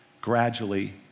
gradually